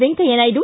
Venkaiah Naidu